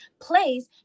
place